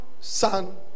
son